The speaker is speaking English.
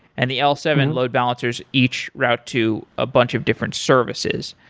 and the l seven load balancers each route to a bunch of different services.